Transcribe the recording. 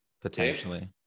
potentially